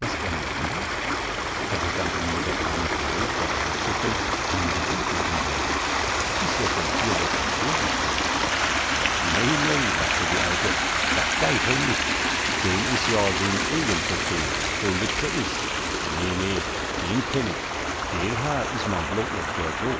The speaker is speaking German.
er nur will er wird am ende der armen frau der hradschecken einen besuch machen wollen is ja schon vier wochen strohwittwe nei nei lachte die alte dat deiht he nich dem is joa sien ejen all to veel so lütt se is ne ne den kenn ick geelhaar is man blot noch för